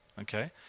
Okay